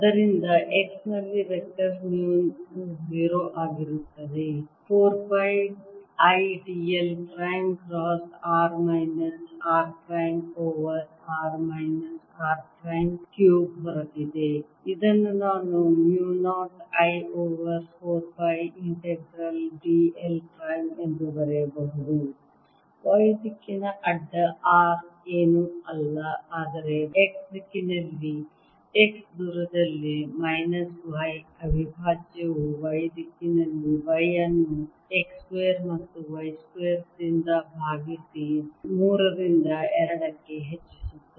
ಆದ್ದರಿಂದ x ನಲ್ಲಿ vector mu 0 ಆಗಿರುತ್ತದೆ 4 pi I d l prime cross r minus r prime over r minus r prime cube ಹೊರಗಿದೆ ಇದನ್ನು ನಾನು mu 0 I over 4 pi integral d l prime ಎಂದು ಬರೆಯಬಹುದು y ದಿಕ್ಕಿನ ಅಡ್ಡ r ಏನೂ ಅಲ್ಲ ಆದರೆ x ದಿಕ್ಕಿನಲ್ಲಿ x ದೂರದಲ್ಲಿ ಮೈನಸ್ y ಅವಿಭಾಜ್ಯವು y ದಿಕ್ಕಿನಲ್ಲಿ y ಅನ್ನು x ಸ್ಕ್ವೇರ್ ಮತ್ತು y ಸ್ಕ್ವೇರ್ ದಿಂದ ಭಾಗಿಸಿ 3 ರಿಂದ 2 ಕ್ಕೆ ಹೆಚ್ಚಿಸುತ್ತದೆ